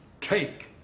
take